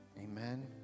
Amen